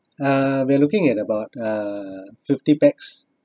uh we are looking at about uh fifty pax